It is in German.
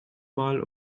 mal